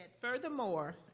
furthermore